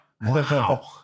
Wow